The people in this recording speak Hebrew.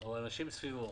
או אנשים סביבו,